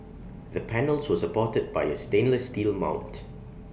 the panels were supported by A stainless steel mount